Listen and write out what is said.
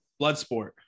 Bloodsport